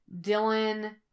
Dylan